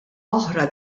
oħra